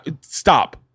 stop